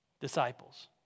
disciples